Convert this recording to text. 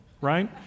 Right